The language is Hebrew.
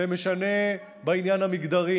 זה משנה בעניין המגדרי,